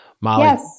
Molly